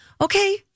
Okay